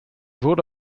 wurde